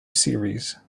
series